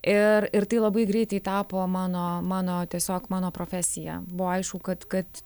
ir ir tai labai greitai tapo mano mano tiesiog mano profesija buvo aišku kad kad